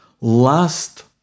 Last